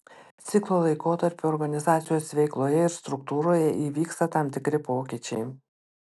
ciklo laikotarpiu organizacijos veikloje ir struktūroje įvyksta tam tikri pokyčiai